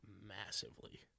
massively